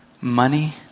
money